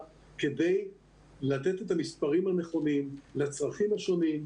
כדי לתת את המספרים הנכונים לצרכים השונים.